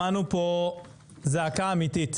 שמענו פה זעקה אמיתית